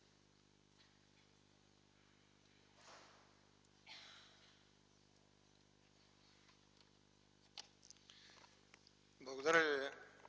Благодаря